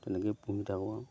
তেনেকৈয়ে পুহি থাকোঁ আমি